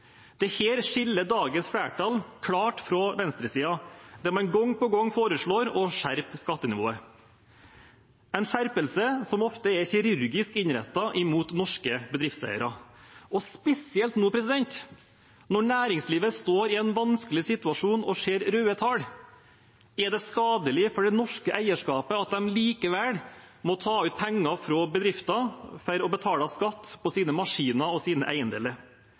skiller dagens flertall klart fra venstresiden, der man gang på gang foreslår å skjerpe skattenivået – en skjerpelse som ofte er kirurgisk innrettet mot norske bedriftseiere. Spesielt nå, når næringslivet står i en vanskelig situasjon og ser røde tall, er det skadelig for det norske eierskapet at de likevel må ta ut penger fra bedriften for å betale skatt på sine maskiner og eiendeler.